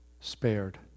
spared